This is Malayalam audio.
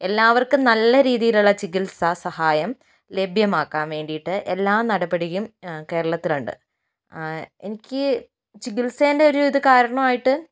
എല്ലാവർക്കും നല്ല രീതിയിൽ ഉള്ള ചികിത്സ സഹായം ലഭ്യമാക്കാൻ വേണ്ടീട്ട് എല്ലാ നടപടിയും കേരളത്തിലുണ്ട് എനിക്ക് ചികിത്സയിൻ്റെ ഒരു ഇത് കാരണമായിട്ട്